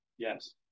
Yes